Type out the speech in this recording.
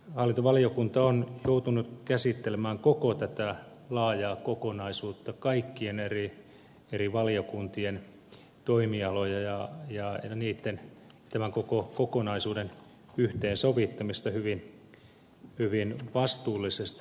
hallintovaliokunta on joutunut käsittelemään koko tätä laajaa kokonaisuutta kaikkien eri valiokuntien toimialoja ja tämän koko kokonaisuuden yhteensovittamista hyvin vastuullisesti